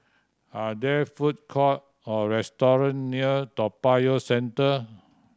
are there food courts or restaurants near Toa Payoh Central